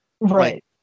Right